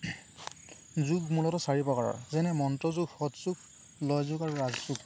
যোগ মূলতঃ চাৰি প্ৰকাৰৰ যেনে মন্ত্ৰযোগ সৎযোগ লয়যোগ আৰু ৰাজযোগ